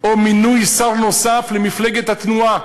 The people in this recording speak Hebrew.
או מינוי שר נוסף למפלגת התנועה,